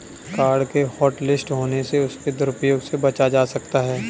card के hotlist होने से उसके दुरूप्रयोग से बचा जा सकता है